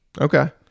Okay